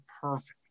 perfect